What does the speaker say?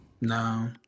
No